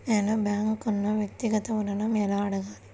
నేను బ్యాంక్ను వ్యక్తిగత ఋణం ఎలా అడగాలి?